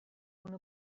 una